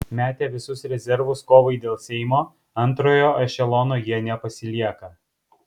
metę visus rezervus kovai dėl seimo antrojo ešelono jie nepasilieka